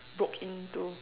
broke into